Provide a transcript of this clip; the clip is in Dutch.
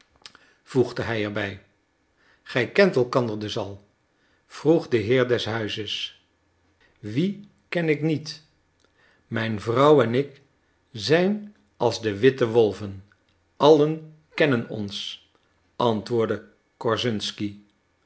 voegde hij er bij gij kent elkander dus al vroeg de heer des huizes wie ken ik niet mijn vrouw en ik zijn als de witte wolven allen kennen ons antwoordde korszunsky